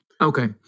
Okay